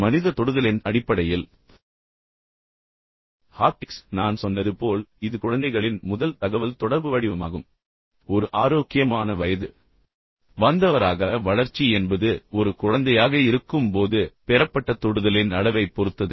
மனித தொடுதலின் அடிப்படையில் ஹாப்டிக்ஸ் நான் சொன்னது போல் இது குழந்தைகளின் முதல் தகவல்தொடர்பு வடிவமாகும் ஒரு ஆரோக்கியமான வயது வந்தவராக வளர்ச்சி என்பது ஒரு குழந்தையாக இருக்கும் போது பெறப்பட்ட தொடுதலின் அளவைப் பொறுத்தது